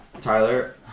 Tyler